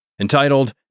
entitled